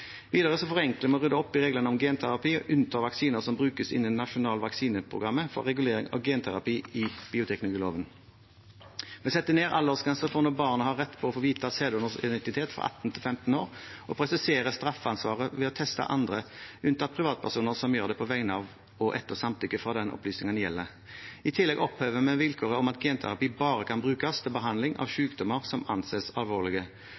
Videre forenkler vi og rydder opp i reglene om genterapi og unntar vaksiner som brukes innen det nasjonale vaksineprogrammet, for regulering av genterapi i bioteknologiloven. Vi setter ned aldersgrensen for når barnet har rett til å få vite sæddonors identitet, fra 18 til 15 år, og presiserer straffansvaret ved å teste andre, unntatt privatpersoner som gjør det på vegne av og etter samtykke fra den opplysningene gjelder. I tillegg opphever vi vilkåret om at genterapi bare kan brukes til behandling av sykdommer som anses alvorlige.